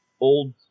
old